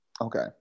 Okay